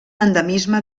endemisme